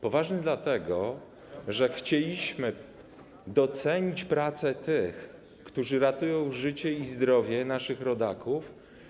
Poważny dlatego, że chcieliśmy docenić pracę tych, którzy ratują życie i zdrowie naszych rodaków.